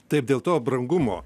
taip dėl to brangumo